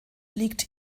liegt